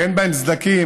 ואין בהן סדקים,